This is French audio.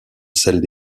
celles